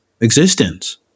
existence